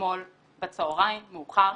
אתמול בצהריים, מאוחר.